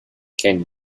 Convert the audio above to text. can